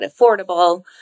affordable